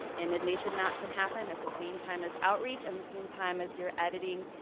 inundation map can happen at the same time as outreach, and the same time as your editing,